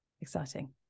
exciting